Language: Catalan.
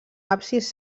absis